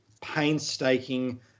painstaking